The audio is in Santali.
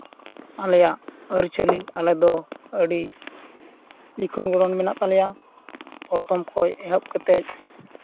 ᱟᱞᱮᱭᱟᱜ ᱟᱹᱨᱤᱪᱟᱹᱞᱤ ᱟᱞᱮᱫᱚ ᱟᱹᱰᱤ ᱞᱤᱠᱷᱚᱱ ᱜᱚᱲᱦᱚᱱ ᱢᱮᱱᱟᱜ ᱛᱟᱞᱮᱭᱟ ᱯᱨᱚᱛᱷᱚᱢ ᱠᱷᱚᱱ ᱮᱦᱚᱵ ᱠᱟᱛᱮᱫ